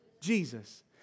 Jesus